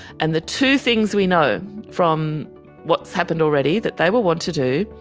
and the two things we know from what's happened already that they will want to do,